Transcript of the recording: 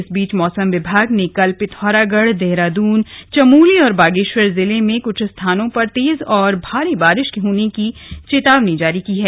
इस बीच मौसम विभाग ने कल पिथौरागढ़ देहरादून चमोली और बागेश्वर जिले में कुछ स्थानों पर तेज और भारी बारिश होने की चेतावनी जारी की है